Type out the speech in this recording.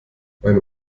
meine